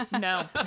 No